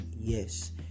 Yes